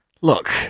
Look-